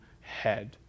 head